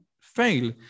fail